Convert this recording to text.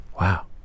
Wow